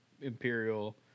Imperial